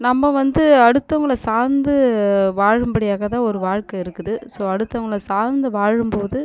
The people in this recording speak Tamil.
நம்ம வந்து அடுத்தவங்கள சார்ந்து வாழும்படியாக தான் ஒரு வாழ்க்கை இருக்குது ஸோ அடுத்தவங்கள சார்ந்து வாழும்போது